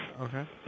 Okay